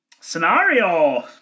Scenario